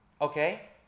okay